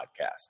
Podcast